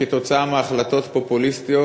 כתוצאה מהחלטות פופוליסטיות,